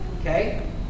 Okay